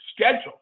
schedule